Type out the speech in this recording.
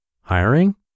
hiring